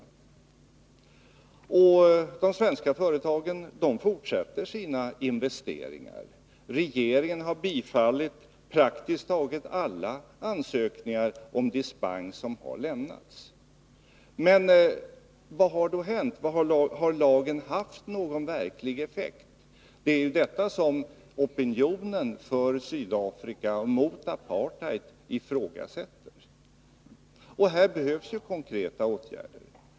Vidare fortsätter de svenska företagen sina investeringar. Regeringen har bifallit praktiskt taget alla inkomna ansökningar om dispens. Men vad har hänt? Har lagen haft någon verklig effekt? Det är ju detta som opinionen för Sydafrika och mot apartheid ifrågasätter. Här behövs konkreta åtgärder.